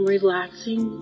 Relaxing